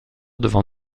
devant